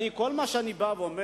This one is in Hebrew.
כל מה שאני אומר,